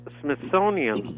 Smithsonian